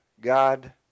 God